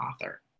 author